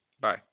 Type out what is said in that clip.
Bye